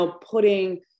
putting